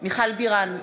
מיכל בירן,